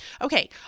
okay